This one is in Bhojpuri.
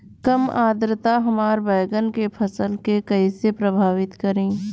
कम आद्रता हमार बैगन के फसल के कइसे प्रभावित करी?